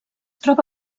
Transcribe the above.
troba